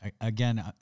Again